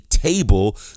table